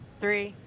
three